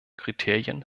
kriterien